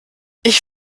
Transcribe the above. ich